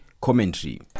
commentary